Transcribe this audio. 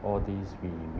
all these we